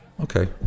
okay